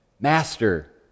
Master